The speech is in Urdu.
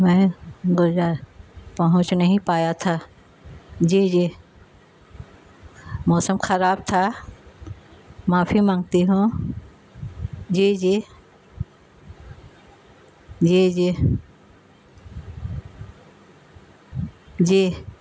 میں پہنچ نہیں پایا تھا جی جی موسم خراب تھا معافی مانگتی ہوں جی جی جی جی جی